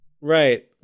Right